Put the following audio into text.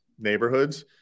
neighborhoods